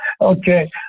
Okay